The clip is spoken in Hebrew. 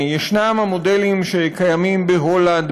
יש המודלים שקיימים בהולנד,